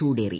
ചൂടേറി